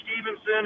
Stevenson